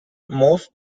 most